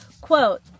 quote